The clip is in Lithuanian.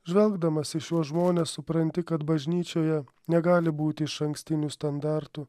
žvelgdamas į šiuos žmones supranti kad bažnyčioje negali būti išankstinių standartų